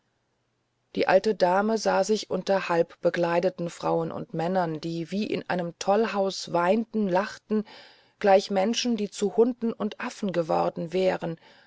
die alte dame sah sich unter halb bekleideten frauen und männern die wie in einem tollhaus weinten lachten gleich menschen die zu hunden und affen geworden wären